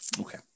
Okay